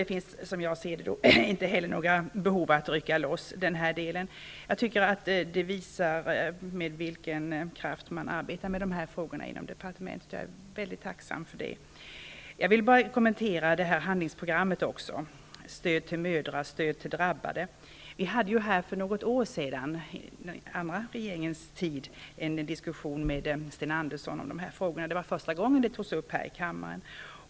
Det finns, som jag ser det, inte något behov av att rycka loss denna del. Det visar med vilken kraft man arbetar med dessa frågor inom departementet. Jag är tacksam för det. Jag vill också kommentera handlingsprogrammet för stöd till mödrar och drabbade. Vi hade här för något år sedan under den gamla regeringens tid en diskussion med Sten Andersson om dessa frågor. Det var första gången de togs upp här i kammaren.